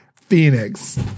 phoenix